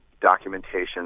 documentation